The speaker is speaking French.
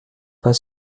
pas